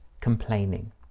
complaining